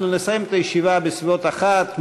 נסיים את הישיבה בסביבות 13:00,